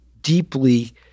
deeply